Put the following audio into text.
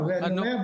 אני אומר,